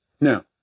Now